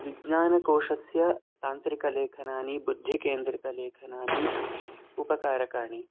विज्ञानकोशस्य तान्त्रिकलेखनानि बुद्धिकेन्द्रितलेखनानि उपकारकाणि